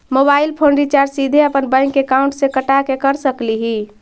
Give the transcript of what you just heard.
Mobile phone recharge सीधे अपन bank account से कटा के कर सकली ही?